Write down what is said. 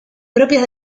propias